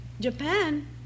Japan